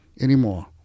anymore